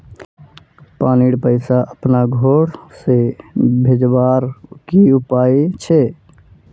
पानीर पैसा अपना घोर से भेजवार की उपाय छे?